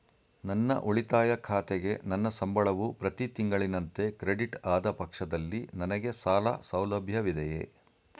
ನನ್ನ ಉಳಿತಾಯ ಖಾತೆಗೆ ನನ್ನ ಸಂಬಳವು ಪ್ರತಿ ತಿಂಗಳಿನಂತೆ ಕ್ರೆಡಿಟ್ ಆದ ಪಕ್ಷದಲ್ಲಿ ನನಗೆ ಸಾಲ ಸೌಲಭ್ಯವಿದೆಯೇ?